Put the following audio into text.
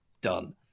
done